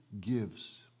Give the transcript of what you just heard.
gives